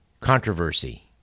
controversy